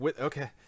okay